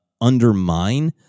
undermine